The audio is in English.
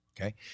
Okay